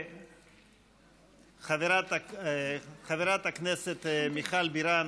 חברת הכנסת מיכל בירן